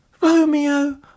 Romeo